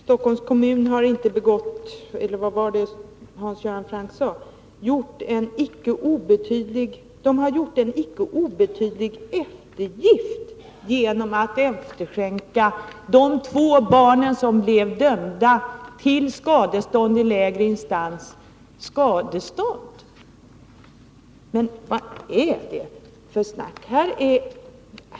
Stockholms kommun har gjort en icke obetydlig eftergift, sade Hans Göran Franck, genom att efterskänka det skadestånd som de två barnen blev dömda att betala i lägre instans. Men vad är det för snack?